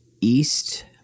East